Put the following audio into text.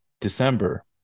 December